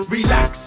Relax